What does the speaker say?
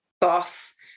boss